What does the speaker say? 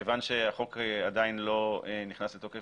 כיוון שהחוק עדיין לא נכנס לתוקף